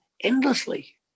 endlessly